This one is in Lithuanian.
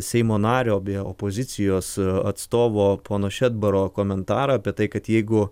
seimo nario bei opozicijos atstovo pono šedbaro komentarą apie tai kad jeigu